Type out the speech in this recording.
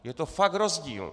Je to fakt rozdíl!